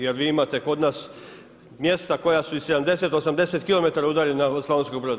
Jer vi imate kod nas mjesta koja su i 70, 80km udaljena od Slavonskog Broda.